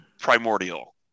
Primordial